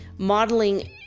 Modeling